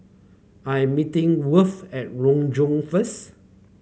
I am meeting Worth at Renjong first